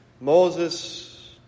Moses